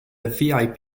vip